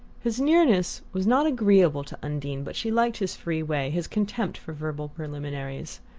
his nearness was not agreeable to undine, but she liked his free way, his contempt for verbal preliminaries.